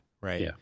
right